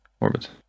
Orbit